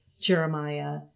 Jeremiah